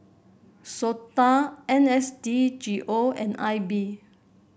SOTA N S D G O and I B